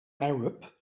arab